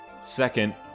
second